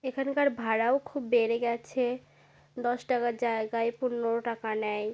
এখাকার ভাড়াও খুব বেড়ে গেছে দশ টাকার জায়গায় পনেরো টাকা নেয়